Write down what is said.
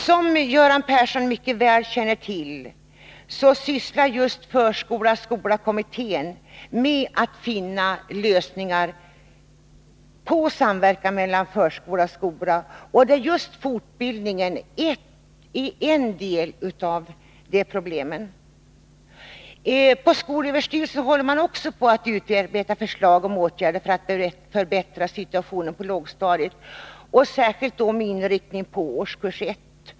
Som Göran Persson mycket väl känner till arbetar just förskola-skola-kommittén med att finna lösningar på problem som rör samverkan mellan förskola och skola, och fortbildningen är ett av de problemen. Skolöverstyrelsen håller också på att utarbeta förslag till åtgärder för att förbättra situationen på lågstadiet, särskilt inom årskurs 1.